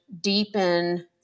deepen